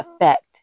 effect